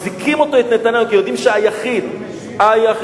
מחזיקים את נתניהו כי יודעים שהיחיד, אתה לא משיב.